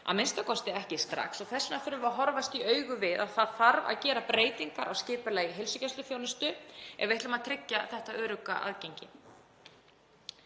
a.m.k. ekki strax, og þess vegna þurfum við að horfast í augu við að það þarf að gera breytingar á skipulagi heilsugæsluþjónustu ef við ætlum að tryggja þetta örugga aðgengi.